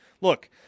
Look